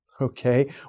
Okay